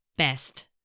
Best